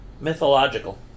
Mythological